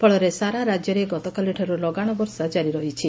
ଫଳରେ ସାରାରାଜ୍ୟରେ ଗତକାଲିଠାରୁ ଲଗାଣ ବର୍ଷା କାରି ରହିଛି